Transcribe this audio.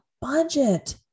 budget